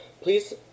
please